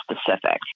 specific